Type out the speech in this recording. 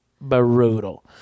brutal